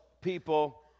people